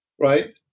right